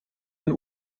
ein